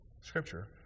Scripture